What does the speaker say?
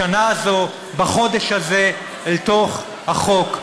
בשנה זו, בחודש הזה, לחוק.